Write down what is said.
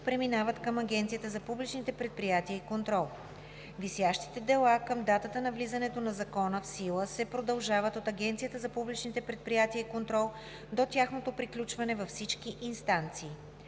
преминават към Агенцията за публичните предприятия и контрол. Висящите дела към датата на влизането на закона в сила се продължават от Агенцията за публичните предприятия и контрол до тяхното приключване във всички инстанции.